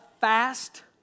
fast